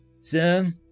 Sir